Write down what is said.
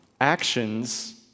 Actions